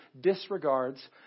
disregards